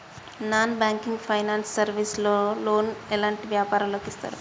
Non banking finance service లో loan ఎలాంటి వ్యాపారులకు ఇస్తరు?